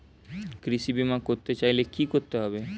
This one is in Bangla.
কৃষি বিমা করতে চাইলে কি করতে হবে?